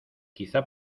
quizá